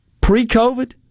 pre-COVID